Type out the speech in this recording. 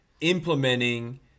implementing